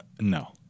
No